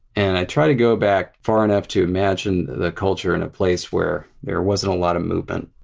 and i try to go back far enough to imagine the culture in a place where there wasn't a lot of movement,